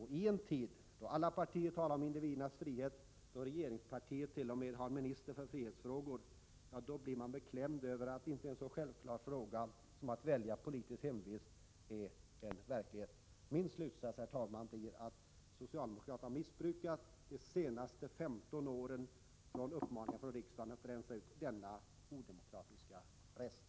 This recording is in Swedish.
I en tid då alla partier talar om individernas frihet, då regeringspartiet t.o.m. har en minister för frihetsfrågor — ja, då blir man beklämd över att inte en så självklar frihet som att välja politisk hemvist är en verklighet. Min slutsats, herr talman, blir att socialdemokraterna har missbrukat de senaste 15 årens uppmaningar från riksdagen att rensa ut denna odemokratiska rest.